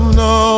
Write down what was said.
no